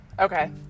Okay